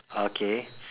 okay